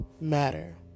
Matter